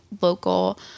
local